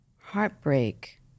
heartbreak